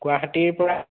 গুৱাহাটীৰ পৰা